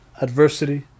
adversity